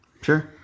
Sure